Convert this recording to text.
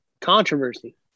Controversy